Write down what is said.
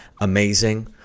amazing